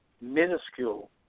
minuscule